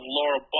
Laura